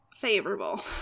favorable